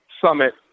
summit